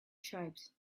tribes